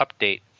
update